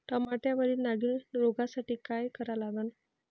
टमाट्यावरील नागीण रोगसाठी काय करा लागन?